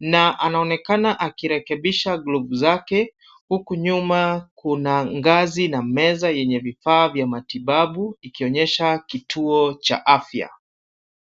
na anaonekana akirekebisha glovu zake. Huku nyuma kuna ngazi na meza yenye vifaa vya matibabu, ikionyesha kituo cha afya.